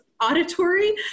auditory